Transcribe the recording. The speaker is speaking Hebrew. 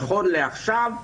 נכון לעכשיו,